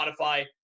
Spotify